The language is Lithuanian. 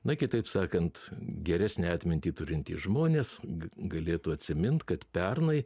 na kitaip sakant geresnę atmintį turintys žmonės g galėtų atsimint kad pernai